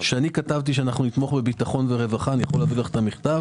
שאני כתבתי שאנחנו נתמוך בביטחון ורווחה אני יכול להעביר לך את המכתב